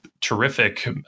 terrific